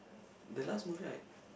the last movie I